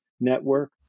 network